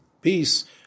peace